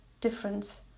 difference